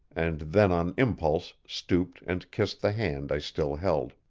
and then on impulse stooped and kissed the hand i still held.